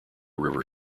river